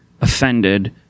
offended